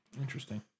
Interesting